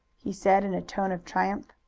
he said in a tone of triumph.